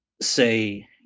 say